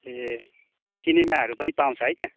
ए किनामाहरू पनि पाउँछ है त्यहाँ